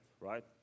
right